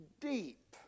deep